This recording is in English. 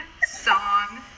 song